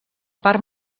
part